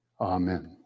Amen